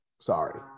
Sorry